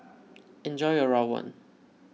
enjoy your Rawon